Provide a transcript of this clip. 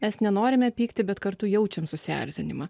nes nenorime pykti bet kartu jaučiam susierzinimą